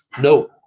no